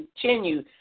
continue